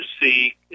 see